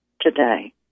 today